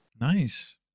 Nice